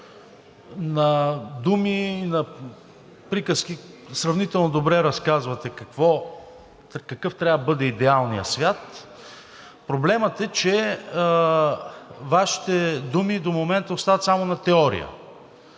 На думи, на приказки сравнително добре разказвате какъв трябва да бъде идеалният свят. Проблемът е, че Вашите думи до момента остават само на теория